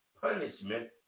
punishment